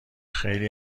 خیلی